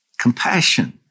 compassion